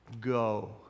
Go